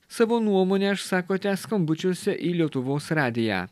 savo nuomonę išsakote skambučiuose į lietuvos radiją